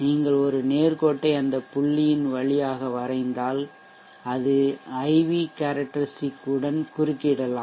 நீங்கள் ஒரு நேர்கோட்டை அந்த புள்ளியின் வழியாக வரைந்தால் அது IV கேரெக்டெரிஸ்ட்டிக் உடன் குறுக்கிடலாம்